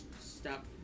stop